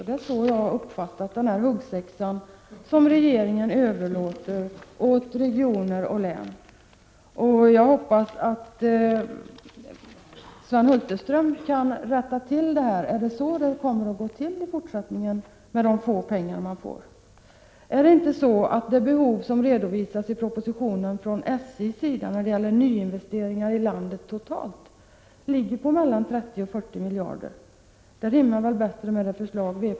Så har också jag uppfattat denna huggsexa, som regeringen överlåter åt regioner och län. Jag hoppas att Sven Hulterström kan rätta till detta. Är det så det kommer att gå till i fortsättningen, när dessa trafikgrenar får sina pengar? Ligger inte de behov som redovisats i propositionen när det gäller SJ:s nyinvesteringar i landet på totalt 30-40 miljarder? Det rimmar bättre med vpk:s förslag.